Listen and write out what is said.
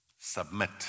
submit